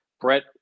Brett